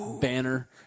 banner